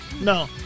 No